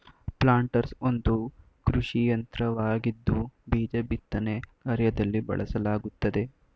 planters ಒಂದು ಕೃಷಿಯಂತ್ರವಾಗಿದ್ದು ಬೀಜ ಬಿತ್ತನೆ ಕಾರ್ಯದಲ್ಲಿ ಬಳಸಲಾಗುತ್ತದೆ